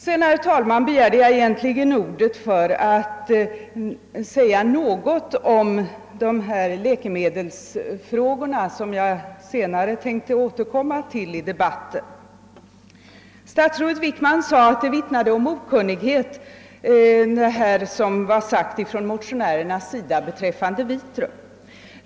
Sedan vill jag säga, herr talman, att jag egentligen begärde ordet för att säga något om läkemedelsfrågorna, som jag senare tänker återkomma till i debatten. Statsrådet Wickman sade att vad som från motionärernas sida sagts beträffande Vitrum vittnade om okunnighet.